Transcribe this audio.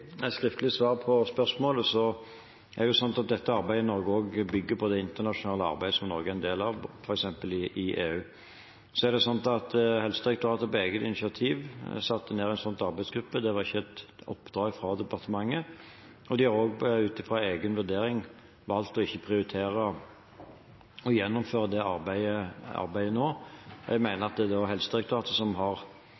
skriftlig svar på spørsmålet, bygger dette arbeidet i Norge også på det internasjonale arbeidet som Norge er en del av, f.eks. i EU. Helsedirektoratet satte på eget initiativ ned en arbeidsgruppe – det var ikke et oppdrag fra departementet – og de har også ut fra egen vurdering valgt ikke å prioritere å gjennomføre det arbeidet nå. Jeg mener